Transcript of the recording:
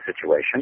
situation